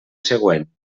següent